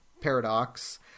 Paradox